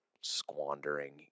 squandering